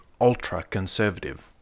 ultra-conservative